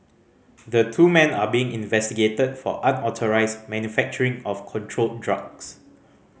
the two men are being investigated for unauthorised manufacturing of controlled drugs